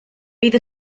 bydd